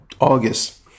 August